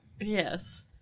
yes